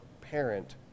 parent